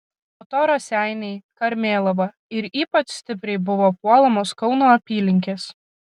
po to raseiniai karmėlava ir ypač stipriai buvo puolamos kauno apylinkės